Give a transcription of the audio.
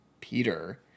Peter